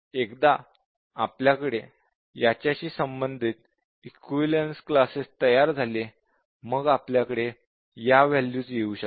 एकदा आपल्याकडे याच्याशी संबंधित इक्विवलेन्स क्लासेस तयार झाले मग आपल्या कडे या वॅल्यूज येऊ शकतात